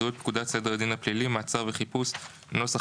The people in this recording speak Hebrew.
יקראו את פקודת סדר הדין הפלילי (מעצר וחיפוש) ,